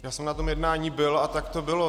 Já jsem na tom jednání byl a tak to bylo.